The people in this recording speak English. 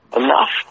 enough